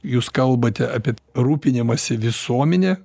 jūs kalbate apie rūpinimąsi visuomene